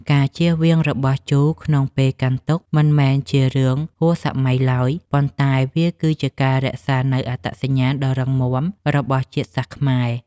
ការជៀសវាងរបស់ជូរក្នុងពេលកាន់ទុក្ខមិនមែនជារឿងហួសសម័យឡើយ ប៉ុន្តែ វាគឺជាការរក្សានូវអត្តសញ្ញាណដ៏រឹងមាំរបស់ជាតិសាសន៍ខ្មែរ។